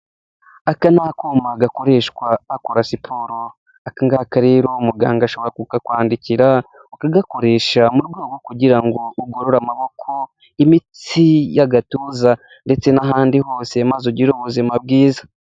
Aka ni akoma gakoreshwa gakora bakora siporo, akangaka rero umuganga ashobora kukakwandikira ukagakoresha murugo kugira ngo ugorore amaboko, imitsi y'agatuza ndetse n'ahandi hose, maze ugire ubuzima bwiza.